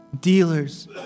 dealers